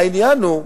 העניין הוא,